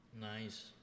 Nice